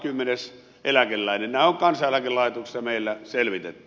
nämä on kansaneläkelaitoksessa meillä selvitetty